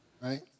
Right